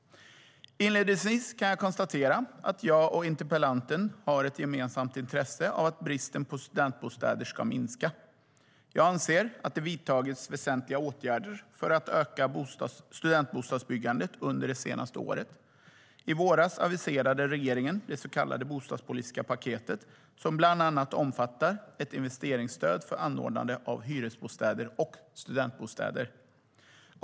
Inledningsvis kan jag konstatera att jag och interpellanten har ett gemensamt intresse av att bristen på studentbostäder ska minska. Jag anser att det har vidtagits väsentliga åtgärder för att öka studentbostadsbyggandet under det senaste året. I våras aviserade regeringen det så kallade bostadspolitiska paketet som bland annat omfattar ett investeringsstöd för anordnande av hyresbostäder och studentbostäder.